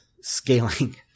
scaling